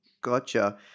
Gotcha